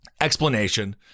explanation